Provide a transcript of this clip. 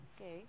Okay